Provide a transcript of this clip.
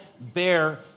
bear